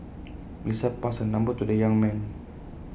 Melissa passed her number to the young man